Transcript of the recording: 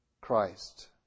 Christ